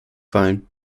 fallen